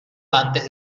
antes